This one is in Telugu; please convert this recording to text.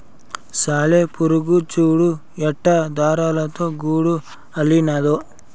సాలెపురుగు చూడు ఎట్టా దారాలతో గూడు అల్లినాదో